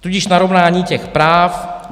Tudíž narovnání těch práv.